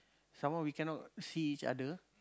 some more we cannot see each other